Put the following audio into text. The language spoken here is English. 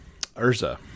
Urza